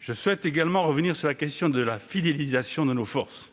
Je souhaite également revenir sur la fidélisation de nos forces.